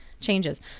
changes